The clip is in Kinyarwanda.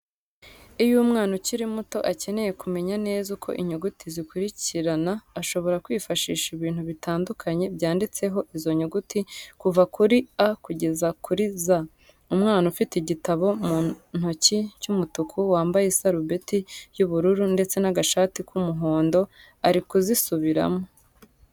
Iyo umwana ukiri muto akeneye kumenya neza uko inyuguti zikurikirana ashobora kwifashisha ibintu bitandukanye byanditseho izo nyuguti kuva kuri A kugeza kuri Z. Umwana ufite igitabo mu ntoki cy'umutuku wambaye isarubeti y'ubururu ndetse n'agashati ku muhondo ari kuzisubiramo.